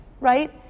right